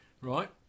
Right